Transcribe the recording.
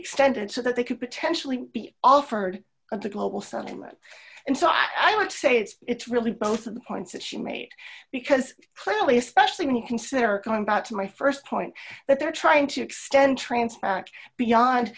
extended so that they could potentially be offered of the global sentiment and so i would say it's really both of the points that she made because clearly especially when you consider going back to my st point that they're trying to extend transparent beyond